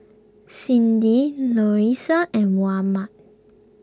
Cindi and Mohammad